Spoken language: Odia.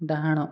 ଡାହାଣ